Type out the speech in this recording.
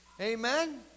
Amen